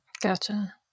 gotcha